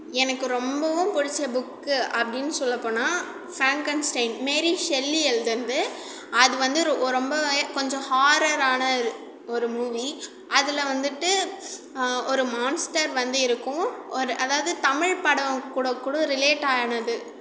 எனக்கு ரொம்பவும் பிடிச்ச புக்கு அப்படின்னு சொல்ல போனால் ஃப்ராங்கென்ஸ்டைன் மேரி ஷெல்லி எழுதுனது அது வந்து ஓ ரொம்பவே கொஞ்சம் ஹாரரான இது ஒரு மூவி அதில் வந்துவிட்டு ஒரு மான்ஸ்டர் வந்து இருக்கும் ஒரு அதாவது தமிழ் படம் கூட கூட ரிலேட் ஆனது